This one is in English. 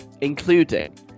including